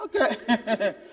Okay